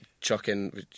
chucking